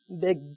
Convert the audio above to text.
big